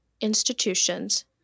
institutions